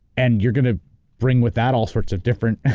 and you're going to bring with that all sorts of different, and